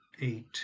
Eight